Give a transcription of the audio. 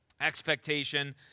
expectation